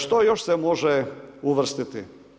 Što još se može uvrstiti?